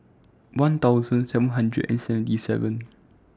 one thousand seven hundred and seventy seven